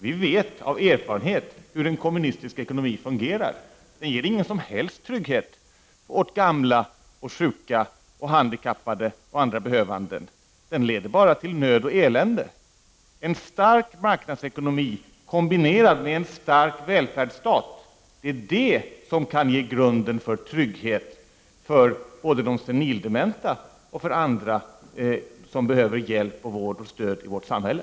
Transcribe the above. Vi vet av erfarenhet hur en kommunistisk ekonomi fungerar. Den ger ingen som helst trygghet åt gamla, sjuka och handikappade och andra behövande. Den leder bara till nöd och elände. En stark marknadsekonomi, kombinerad med en stark välfärdsstat, kan däremot ge grunden för trygghet för både de senildementa och andra som behöver hjälp, vård och stöd i vårt samhälle.